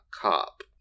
cop